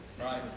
Right